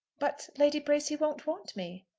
but lady bracy won't want me.